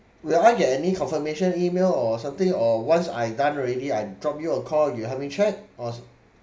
will I get any confirmation email or something or once I'm done already I drop you a call you help me check or